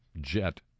jet